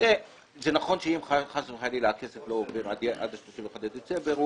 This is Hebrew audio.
נכון שאם חס וחלילה הכסף לא עובר עד ה-31 בדצמבר,